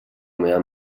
meva